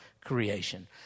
creation